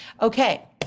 Okay